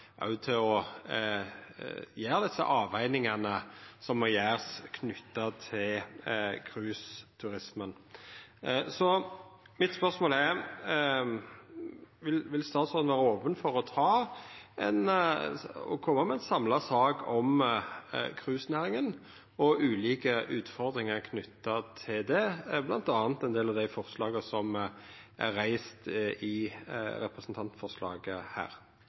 året til òg å gjera dei avvegingane som er knytte til cruiseturismen, som må gjerast. Mitt spørsmål er: Vil statsråden vera open for å koma med ei samla sak om cruisenæringa og ulike utfordringar knytte til ho, med bl.a. ein del av dei forslaga som har vorte reiste i representantforslaget her?